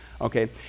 okay